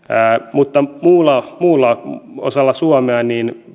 mutta muussa osassa suomea